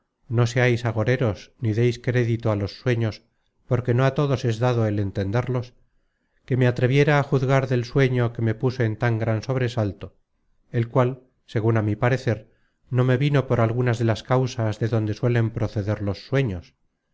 no seais agoreros ni deis crédito á los sueños porque no á todos es dado el entenderlos que me atreviera á juzgar del sueño que me puso en tan gran sobresalto el cual segun á mi parecer no me vino por algunas de las causas de donde suelen proceder los sueños